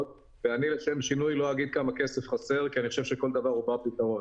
דבר נוסף,